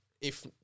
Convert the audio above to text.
if-